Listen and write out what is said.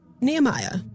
Nehemiah